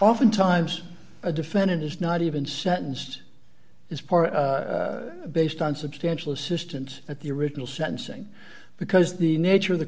oftentimes a defendant is not even sentenced as part based on substantial assistance at the original sentencing because the nature of the